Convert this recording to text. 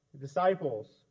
Disciples